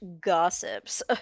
gossips